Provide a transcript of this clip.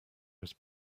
was